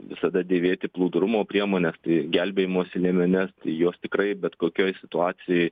visada dėvėti plūdrumo priemones gelbėjimosi liemenes jos tikrai bet kokioj situacijoj